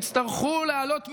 יצטרכו להעלות מיסים.